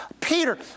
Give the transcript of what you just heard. Peter